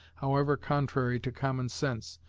however contrary to common sense,